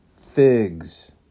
figs